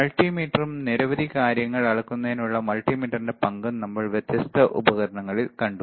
മൾട്ടിമീറ്ററും നിരവധി കാര്യങ്ങൾ അളക്കുന്നതിനുള്ള മൾട്ടിമീറ്ററിന്റെ പങ്കും നമ്മൾ വ്യത്യസ്ത ഉപകരണങ്ങളിൽ കണ്ടു